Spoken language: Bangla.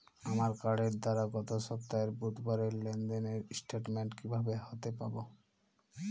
আমার কার্ডের দ্বারা গত সপ্তাহের বুধবারের লেনদেনের স্টেটমেন্ট কীভাবে হাতে পাব?